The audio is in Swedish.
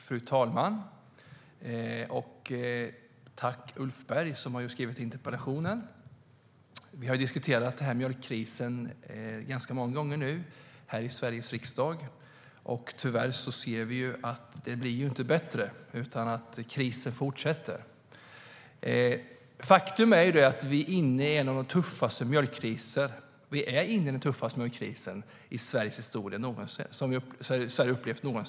Fru talman! Jag vill tacka Ulf Berg som har skrivit interpellationen. Här i Sveriges riksdag har vi diskuterat mjölkkrisen ganska många gånger nu. Tyvärr ser vi att det inte blir bättre. Krisen fortsätter. Faktum är att vi är inne i den tuffaste mjölkkrisen som Sverige någonsin har upplevt.